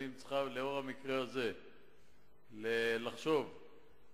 לאור המקרה הזה רשות הטבע והגנים צריכה לחשוב באיזו